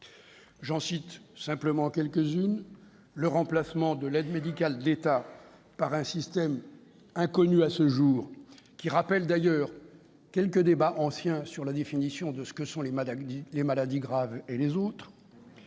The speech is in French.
J'en cite simplement quelques-uns : le remplacement de l'aide médicale d'État par un système inconnu à ce jour, et qui rappelle d'ailleurs quelques débats anciens sur la définition des maladies graves ;... C'est